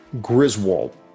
Griswold